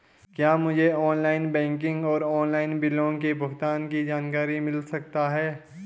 क्या मुझे online banking और ऑनलाइन बिलों के भुगतान की जानकारी मिल सकता है?